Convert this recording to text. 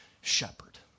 shepherd